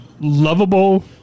lovable